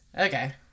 okay